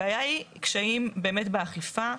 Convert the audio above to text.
בעיה היא קשיים באמת באכיפה.